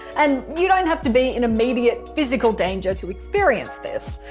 and you don't have to be in immediate physical danger to experience this.